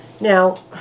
now